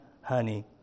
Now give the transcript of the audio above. honey